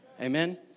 Amen